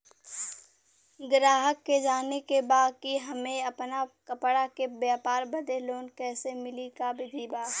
गराहक के जाने के बा कि हमे अपना कपड़ा के व्यापार बदे लोन कैसे मिली का विधि बा?